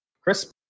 chris